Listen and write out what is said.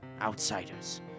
outsiders